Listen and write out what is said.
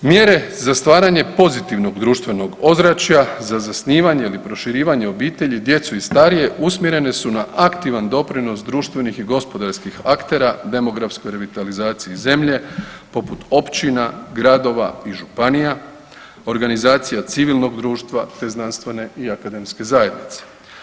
Mjere za stvaranje pozitivnog društvenog ozračja za zasnivanje ili proširivanje obitelji, djecu i starije usmjerene su na aktivan doprinos društvenih i gospodarskih aktera demografskoj revitalizaciji zemlje poput općina, gradova i županija, organizacija civilnog društva, te znanstvene i akademske zajednice.